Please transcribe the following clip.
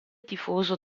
tifoso